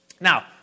Now